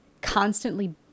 constantly